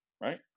right